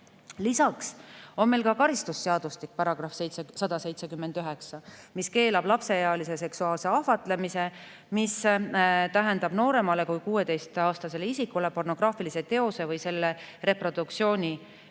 Lisaks on meil ka karistusseadustikus § 179, mis keelab lapseealise seksuaalse ahvatlemise, mis tähendab nooremale kui 16-aastasele isikule pornograafilise teose või selle reproduktsiooni